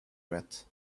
wet